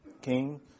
king